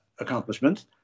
accomplishments